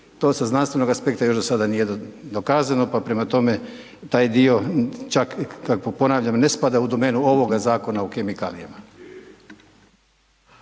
To sa znanstvenog aspekta još do sada nije dokazano, pa prema tome taj dio čak, ponavljam, ne spada u domenu ovoga Zakona o kemikalijama.